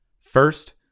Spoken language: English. First